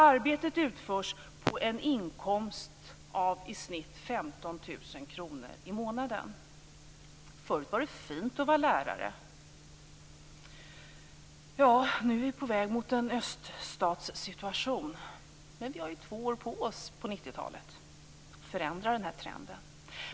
Arbetet utförs för en inkomst på i snitt 15 000 kr i månaden. Förut var det fint att vara lärare. Nu är vi på väg mot en öststatssituation. Men vi har ju två år på oss på 90-talet att förändra den här trenden.